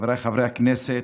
חבריי חברי הכנסת,